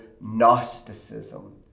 Gnosticism